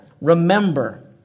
Remember